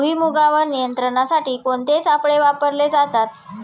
भुईमुगावर नियंत्रणासाठी कोणते सापळे वापरले जातात?